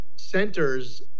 centers